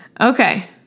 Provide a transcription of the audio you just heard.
Okay